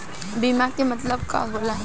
बीमा के मतलब का होला?